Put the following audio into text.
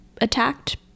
attacked